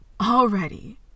Already